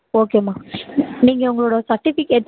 ஓகேம்மா நீங்கள் உங்களோடய செர்டிஃபிகேட்ஸ்